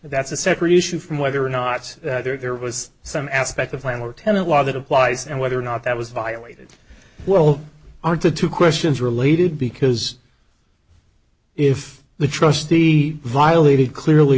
that's a separate issue from whether or not there was some aspect of landlord tenant law that applies and whether or not that was violated will are the two questions related because if the trustee violated clearly